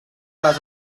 les